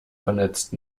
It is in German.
vernetzt